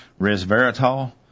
resveratrol